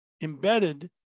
embedded